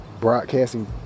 broadcasting